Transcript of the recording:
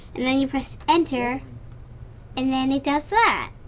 and then you press enter and then it does that.